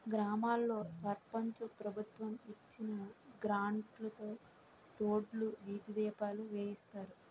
గ్రామాల్లో సర్పంచు ప్రభుత్వం ఇచ్చిన గ్రాంట్లుతో రోడ్లు, వీధి దీపాలు వేయిస్తారు